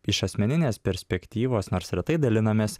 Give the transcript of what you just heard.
iš asmeninės perspektyvos nors retai dalinamės